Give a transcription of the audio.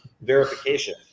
verification